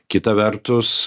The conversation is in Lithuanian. kita vertus